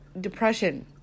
depression